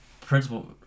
principal